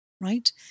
right